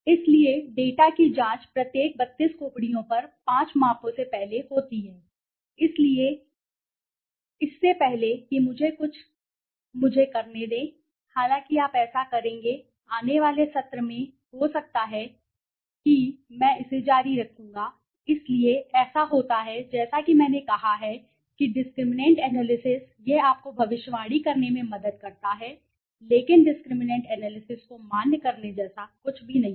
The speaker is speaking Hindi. इसलिए डेटा की जांच प्रत्येक 32 खोपड़ियों पर पांच मापों से पहले होती है इससे पहले कि मुझे करने दें हालांकि आप ऐसा करेंगे आने वाले सत्र में हो सकता है मैं यह भी समझाता हूं कि मैं इसे जारी रखूंगा इसलिए ऐसा होता है जैसा कि मैंने कहा है कि डिस्क्रिमिनैंट एनालिसिस यह आपको भविष्यवाणी करने में मदद करता है लेकिन डिस्क्रिमिनैंट एनालिसिस को मान्य करने जैसा कुछ भी है